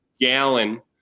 gallon